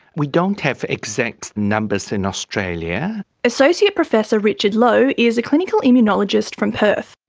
we don't have exact numbers in australia. associate professor richard loh is a clinical immunologist from perth.